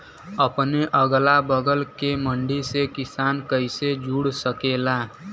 अपने अगला बगल के मंडी से किसान कइसे जुड़ सकेला?